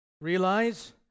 Realize